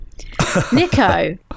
nico